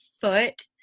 foot